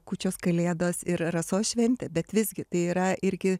kūčios kalėdos ir rasos šventė bet visgi tai yra irgi